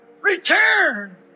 Return